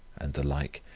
and the like.